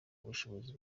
ubushobozi